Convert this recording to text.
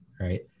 Right